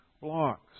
blocks